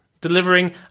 delivering